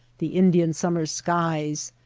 the indian-summer skies,